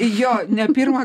jo ne pirmą